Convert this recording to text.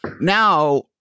now